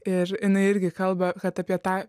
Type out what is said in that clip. ir jinai irgi kalba kad apie tą